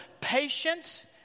patience